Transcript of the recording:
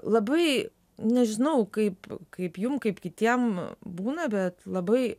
labai nežinau kaip kaip jum kaip kitiem būna bet labai